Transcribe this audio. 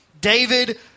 David